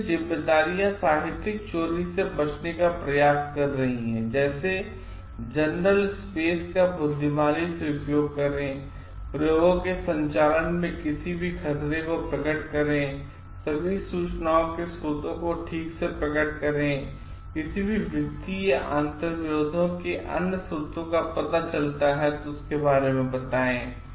इसलिए जिम्मेदारियां साहित्यिक चोरी से बचाने का प्रयास कर रहीं हैं जैसे जर्नल स्पेस का बुद्धिमानी से उपयोग करें प्रयोगों के संचालन में किसी भी खतरे को प्रकट करें सभी सूचनाओं के स्रोतों को ठीक से प्रकट करें किसी भी वित्तीय या अंतर्विरोधों के अन्य स्रोतों का पता चलता है तो बताएं